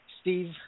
Steve